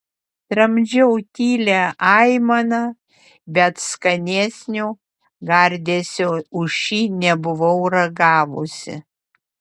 tramdžiau tylią aimaną bet skanesnio gardėsio už šį nebuvau ragavusi